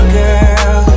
girl